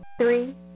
Three